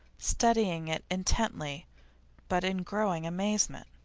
studying it intently but in growing amazement.